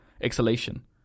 exhalation